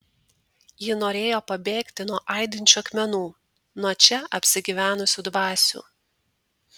ji norėjo pabėgti nuo aidinčių akmenų nuo čia apsigyvenusių dvasių